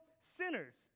sinners